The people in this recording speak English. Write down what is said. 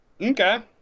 Okay